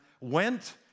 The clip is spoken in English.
went